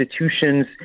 institutions